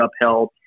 upheld